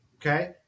okay